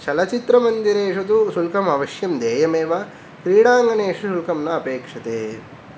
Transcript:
चलचित्रमन्दिरेषु तु शुल्कम् अवश्यं देयम् एव क्रीडाङ्गणेषु शुल्कं न अपक्षते